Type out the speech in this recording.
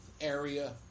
area